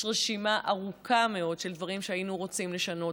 יש רשימה ארוכה מאוד של דברים שהיינו רוצים לשנות,